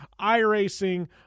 iRacing